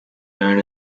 known